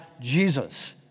Jesus